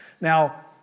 Now